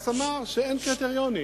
הבג"ץ אמר שאין קריטריונים.